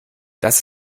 das